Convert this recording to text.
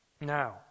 Now